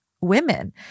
women